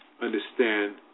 understand